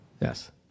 Yes